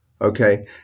Okay